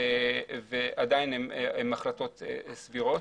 ועדיין הן החלטות סבירות.